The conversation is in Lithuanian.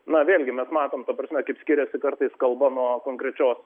na vėlgi mes matom ta prasme kaip skiriasi kartais kalba nuo konkrečios